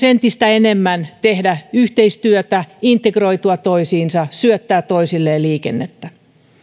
entistä enemmän tehdä yhteistyötä integroitua toisiinsa syöttää toisilleen liikennettä